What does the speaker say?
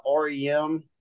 REM